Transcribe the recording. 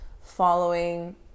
following